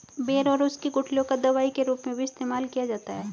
बेर और उसकी गुठलियों का दवाई के रूप में भी इस्तेमाल किया जाता है